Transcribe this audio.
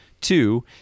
Two